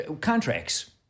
contracts